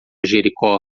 jericó